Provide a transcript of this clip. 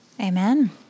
Amen